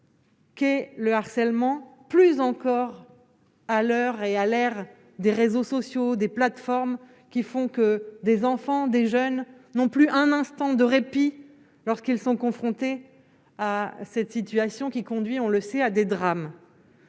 Qu'est le harcèlement plus encore à l'heure est à l'ère des réseaux sociaux des plateformes qui font que des enfants, des jeunes non plus un instant de répit, lorsqu'ils sont confrontés à cette situation qui conduit, on le sait, à des drames,